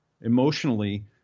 Emotionally